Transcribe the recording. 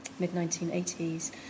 mid-1980s